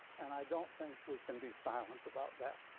and i don't think we can be silent about that.